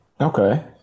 Okay